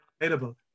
available